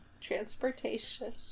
transportation